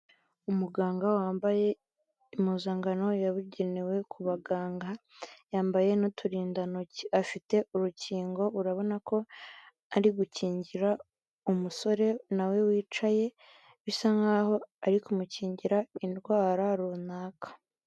Umuganga wambaye impuzankano yabugenewe ku baganga, yambaye n'uturindantoki afite urukingo urabona ko ari gukingira umusore nawe wicaye bisa nk'aho ari kumukingira indwara runaka.